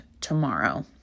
tomorrow